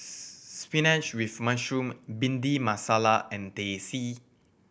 spinach with mushroom Bhindi Masala and Teh C